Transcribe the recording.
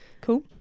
Cool